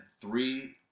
three